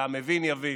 והמבין יבין.